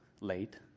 late